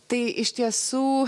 tai iš tiesų